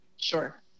Sure